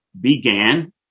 began